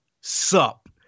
sup